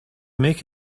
make